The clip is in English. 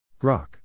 Grok